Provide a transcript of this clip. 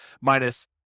minus